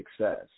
success